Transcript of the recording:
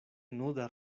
nuda